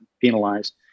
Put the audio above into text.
penalized